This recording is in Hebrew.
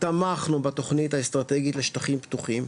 תמכנו בתוכנית האסטרטגית לשטחים פתוחים,